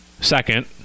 Second